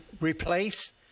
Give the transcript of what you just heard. replace